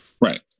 right